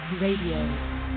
Radio